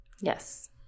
Yes